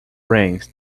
brains